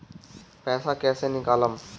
पैसा कैसे निकालम?